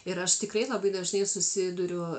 ir aš tikrai labai dažnai susiduriu